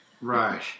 Right